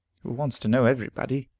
who wants to know every body.